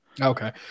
Okay